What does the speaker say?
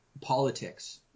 politics